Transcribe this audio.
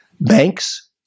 banks